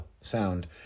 sound